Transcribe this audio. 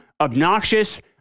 obnoxious